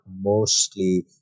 mostly